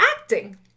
acting